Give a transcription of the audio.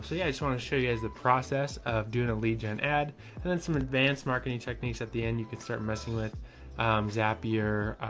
so yeah, i just want to show you guys the process of doing a lead gen ad and then some advanced marketing techniques at the end. you can start messing with um zapier,